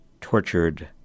tortured